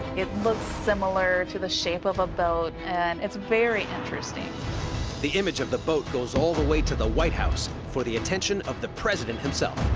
it looks similar to the shape of a boat, and it's very interesting. narrator the image of the boat goes all the way to the white house, for the attention of the president himself.